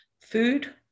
Food